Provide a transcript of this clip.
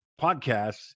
podcasts